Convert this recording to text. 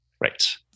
Right